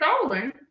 stolen